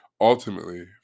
ultimately